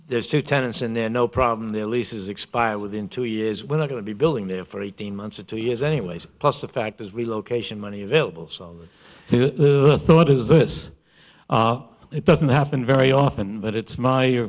there's two tenants in there no problem their leases expire within two years we're not going to be building there for eighteen months or two years anyways plus the fact there's relocation money available so the thought is this it doesn't happen very often but it's my